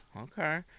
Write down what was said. Okay